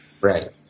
Right